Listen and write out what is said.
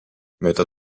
mööda